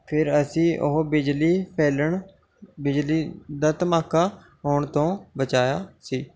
ਫਿਰ ਅਸੀਂ ਉਹ ਬਿਜਲੀ ਫੈਲਣ ਬਿਜਲੀ ਦਾ ਧਮਾਕਾ ਹੋਣ ਤੋਂ ਬਚਾਇਆ ਸੀ